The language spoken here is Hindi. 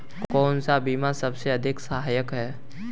कौन सा बीमा सबसे अधिक सहायक है?